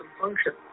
function